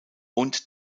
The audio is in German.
und